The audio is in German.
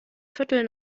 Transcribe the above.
viertel